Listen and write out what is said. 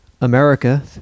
America